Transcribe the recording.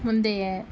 முந்தைய